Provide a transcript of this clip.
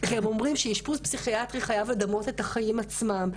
כי הם אומרים שאשפוז פסיכיאטרי חייב לדמות את החיים עצמם.